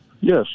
Yes